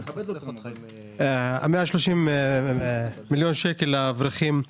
130 מיליון שקל לאברכים.